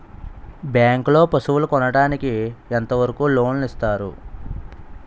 Bank లో పశువుల కొనడానికి ఎంత వరకు లోన్ లు ఇస్తారు?